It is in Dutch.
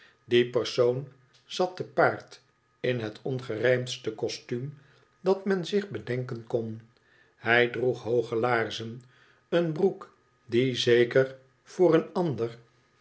die persoon zat te paard in het ongcrijmdste kostuum dat men zich bedenken kon hij droeg hooge laarzen een broek die zeker voor een ander